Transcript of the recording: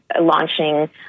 launching